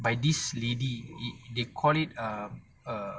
by this lady they call it err